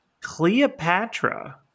Cleopatra